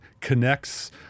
connects